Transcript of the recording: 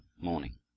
Morning